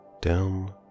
Down